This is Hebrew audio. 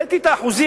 הראיתי את האחוזים,